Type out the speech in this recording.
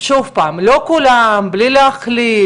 שוב פעם, לא כולם, בלי להכליל,